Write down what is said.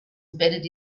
embedded